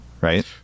right